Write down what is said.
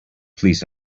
please